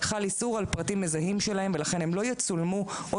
חל איסור על פרטים מזהים שלהם ולכן הם לא יצולמו או